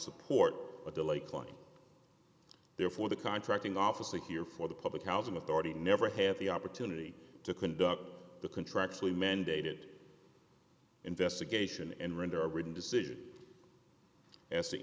support a delay client therefore the contracting officer here for the public housing authority never had the opportunity to conduct the contracts we mandated investigation and render a written decision as to